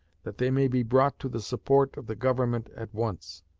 that they may be brought to the support of the government at once.